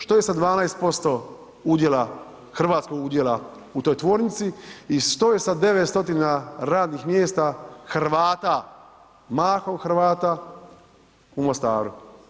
Što je sa 12% udjela, hrvatskog udjela u toj tvornici i što je sa 9 stotina radnih mjesta, Hrvata, mahom Hrvata, u Mostaru?